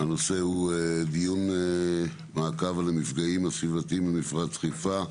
הנושא הוא דיון מעקב למפגעים הסביבתיים במפרץ חיפה,